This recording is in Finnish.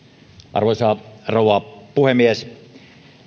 arvoisa rouva puhemies